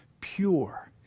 pure